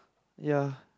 ya